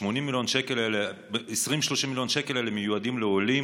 20 30 מיליון שקל האלה מיועדים לעולים